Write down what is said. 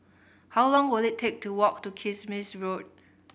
how long will it take to walk to Kismis Road